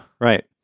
Right